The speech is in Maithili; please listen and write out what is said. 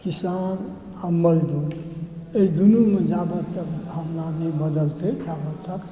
किसान आ मज़दूर एहि दुनूमे जाबत तक भावना नहि बदलतै ताबत तक